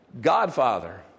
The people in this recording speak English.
Godfather